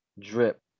drip